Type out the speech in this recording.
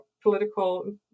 political